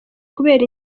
kubera